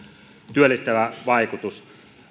työllistävä vaikutus